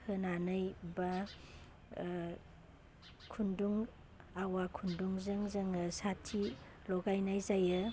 होन्नानै बा खुन्दुं आवा खुन्दुंजों जोङो साथि लगायनाय जायो